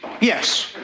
Yes